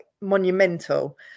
monumental